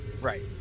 Right